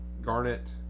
Garnet